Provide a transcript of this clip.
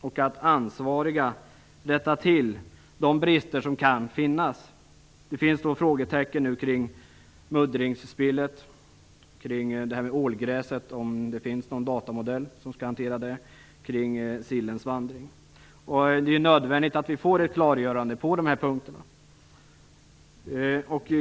De ansvariga skall rätta till de brister som kan finnas. Det finns nu frågetecken kring muddringsspillet, kring datamodellen för sedimentets påverkan på ålgräset och kring sillens vandring. Det är nödvändigt att vi får ett klargörande på dessa punkter.